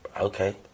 okay